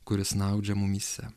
kuri snaudžia mumyse